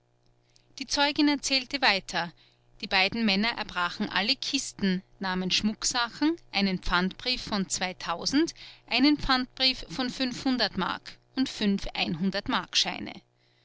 die zeugin erzählte weiter die beiden männer erbrachen alle kisten nahmen schmucksachen einen pfandbrief von einen pfandbrief von m und fünf